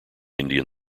indian